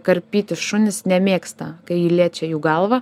karpyti šunys nemėgsta kai liečia jų galvą